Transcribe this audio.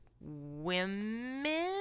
women